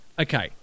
Okay